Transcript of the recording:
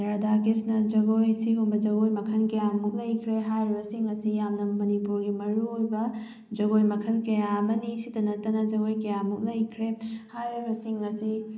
ꯔꯙꯥ ꯀ꯭ꯔꯤꯁꯅ ꯖꯒꯣꯏ ꯑꯁꯤꯒꯨꯝꯕ ꯖꯒꯣꯏ ꯃꯈꯜ ꯀꯌꯥꯃꯨꯛ ꯂꯩꯈ꯭ꯔꯦ ꯍꯥꯏꯔꯤꯕꯁꯤꯡ ꯑꯁꯤ ꯌꯥꯝꯅ ꯃꯅꯤꯄꯨꯔꯒꯤ ꯃꯔꯨꯑꯣꯏꯕ ꯖꯒꯣꯏ ꯃꯈꯜ ꯀꯌꯥ ꯑꯃꯅꯤ ꯁꯤꯇ ꯅꯠꯇꯅ ꯖꯒꯣꯏ ꯀꯌꯥꯃꯨꯛ ꯂꯩꯈ꯭ꯔꯦ ꯍꯥꯏꯔꯤꯁꯤꯡ ꯑꯁꯤ